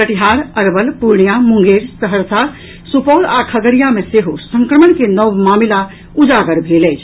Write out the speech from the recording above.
कटिहार अरवल पूर्णियां मुंगेर सहरसा सुपौल आ खगड़िया मे सेहो संक्रमण के नव मामिला उजागर भेल अछि